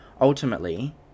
ultimately